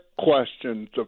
questions